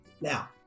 Now